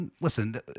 Listen